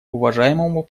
уважаемому